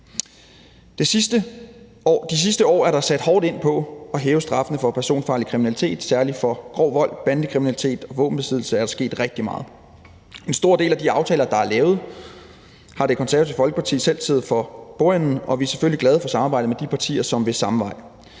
De sidste år er der sat hårdt ind på at hæve straffen for personfarlig kriminalitet. Særlig for grov vold, bandekriminalitet og våbenbesiddelse er der sket rigtig meget. Ved en stor del af de aftaler, der er lavet, har Det Konservative Folkeparti selv siddet for bordenden, og vi er selvfølgelig glade for samarbejdet med de partier, som vil samme vej.